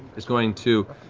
he's going to,